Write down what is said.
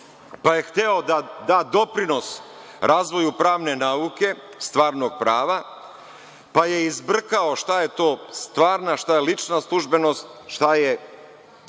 pa je hteo da da doprinos razvoju pravne nauke, stvarnog prava, pa je izbrkao šta je to stvarna, šta je lična službenost, šta je